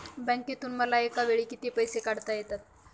बँकेतून मला एकावेळी किती पैसे काढता येतात?